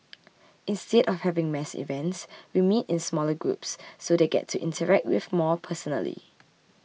instead of having mass events we meet in smaller groups so they get to interact with more personally